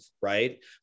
right